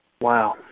Wow